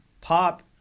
Pop